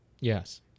Yes